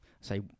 say